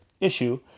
issue